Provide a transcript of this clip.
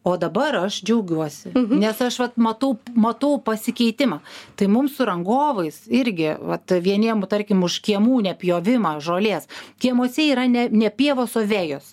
o dabar aš džiaugiuosi nes aš vat matau matau pasikeitimą tai mum su rangovais irgi vat vieniem tarkim už kiemų nepjovimą žolės kiemuose yra ne ne pievos o vejos